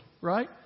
Right